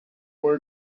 were